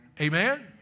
Amen